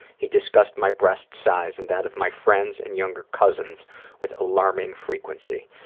he discussed my breast size and that of my friends and younger cousins with alarming frequency.